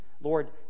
Lord